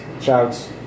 shouts